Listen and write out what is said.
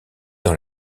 dans